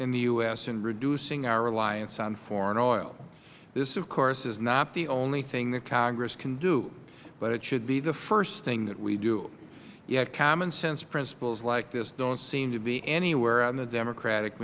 in the u s and reducing our reliance on foreign oil this of course is not the only thing that congress can do but it should be the first thing that we do yet common sense principles like this don't seem to be anywhere on the democratic